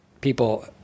people